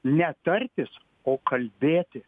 ne tartis o kalbėti